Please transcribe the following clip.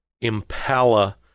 Impala